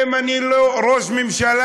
אם אני לא ראש ממשלה,